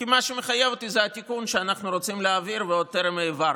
כי מה שמחייב אותי זה התיקון שאנחנו רוצים להעביר ועוד טרם העברנו?